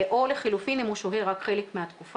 או לחילופין אם הוא שוהה רק חלק מהתקופה,